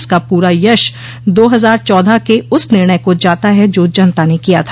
इसका पूरा यश दो हजार चौदह के उस निर्णय को जाता है जो जनता ने किया था